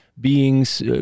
beings